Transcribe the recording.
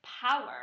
Power